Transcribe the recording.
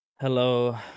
Hello